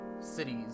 cities